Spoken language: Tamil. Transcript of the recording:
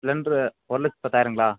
ஸ்ப்ளெண்ட்ரு ஒரு லட்சத்தி பத்தாயரோங்களா